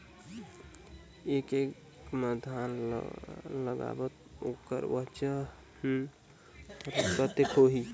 एक एकड़ मा धान ला लगाबो ता ओकर वजन हर कते होही?